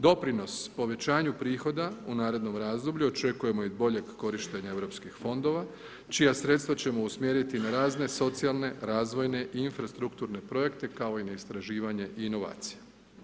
Doprinos povećanju prihoda u narednom razdoblju očekujemo i boljeg korištenja europskih fondova čija sredstva ćemo usmjeriti na razne socijalne, razvojne i infrastrukturne projekte kao i na istraživanje inovacija.